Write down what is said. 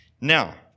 Now